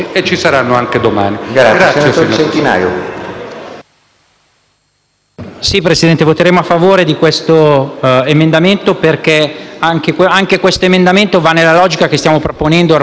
Presidente, voteremo a favore di questo emendamento perché anche questo segue la logica che stiamo proponendo ormai da giorni: non più disposizione, ma dichiarazione.